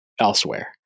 elsewhere